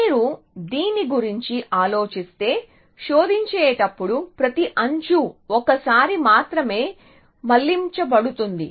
మీరు దీని గురించి ఆలోచిస్తే శోధించేటప్పుడు ప్రతి అంచు ఒక్కసారి మాత్రమే మళ్ళించబడుతుంది